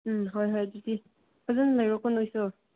ꯎꯝ ꯍꯣꯏ ꯍꯣꯏ ꯑꯗꯨꯗꯤ ꯐꯖꯅ ꯂꯩꯔꯣꯀꯣ ꯅꯈꯣꯏꯁꯨ